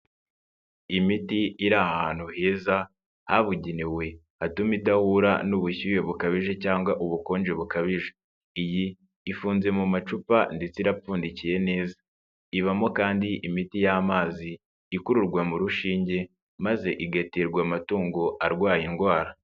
Imiti iri ahantu heza, habugenewe hatuma idahura n'ubushyuhe bukabije cyangwa ubukonje bukabije, iyi ifunze mu macupa ndetse irapfundikiye neza, ibamo kandi imiti y'amazi ikururwa mu rushinge maze igaterwa amatungo arwaye indwara.